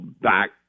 back